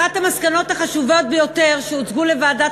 אחת המסקנות החשובות ביותר שהוצגו לוועדת